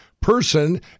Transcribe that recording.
person